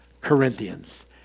Corinthians